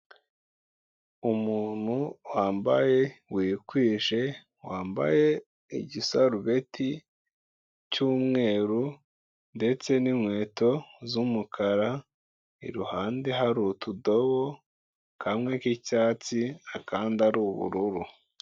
Umuntu wambaye wikwije, wambaye igisarubeti cy'umweru ndetse n'inkweto z'umukara, iruhande hari utudobo, kamwe k'icyatsi akandi ari ubururu.